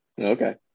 okay